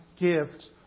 gifts